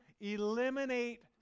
eliminate